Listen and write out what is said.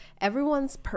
everyone's